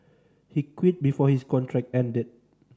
he quit before his contract ended